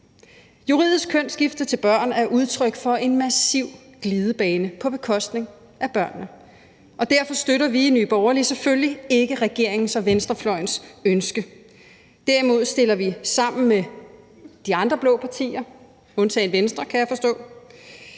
Juridisk kønsskifte til børn er udtryk for en massiv glidebane på bekostning af børnene, og derfor støtter vi i Nye Borgerlige selvfølgelig ikke regeringens og venstrefløjens ønske. Derimod fremsætter vi sammen med de andre blå partier – undtagen Venstre,